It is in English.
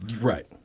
Right